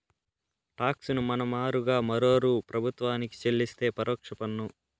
talks ను మన మారుగా మరోరూ ప్రభుత్వానికి చెల్లిస్తే పరోక్ష పన్ను